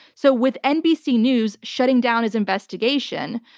so with nbc news shutting down his investigation,